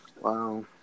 Wow